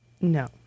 No